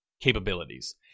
capabilities